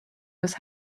his